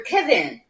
Kevin